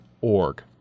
org